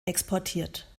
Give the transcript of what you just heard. exportiert